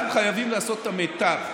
אנחנו חייבים לעשות את המיטב,